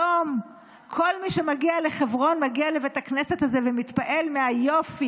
היום כל מי שמגיע לחברון מגיע לבית הכנסת הזה ומתפעל מהיופי,